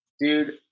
Dude